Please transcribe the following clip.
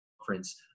conference